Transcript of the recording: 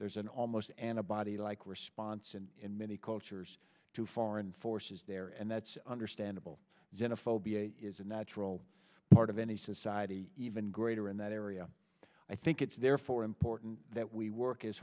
there's an almost an a body like response in in many cultures to foreign forces there and that's understandable xenophobia is a natural part of any society even greater in that area i think it's therefore important that we work as